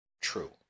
true